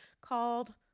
called